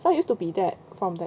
so I used to be that from that